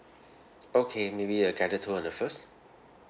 okay maybe a guided tour on the first